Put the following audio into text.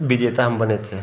विजेता हम बने थे